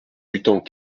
mutant